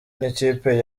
n’ikipe